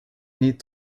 need